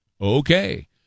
Okay